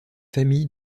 famille